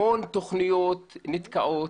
המון תוכניות נתקעות.